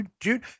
Dude